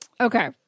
Okay